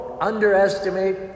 underestimate